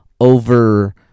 over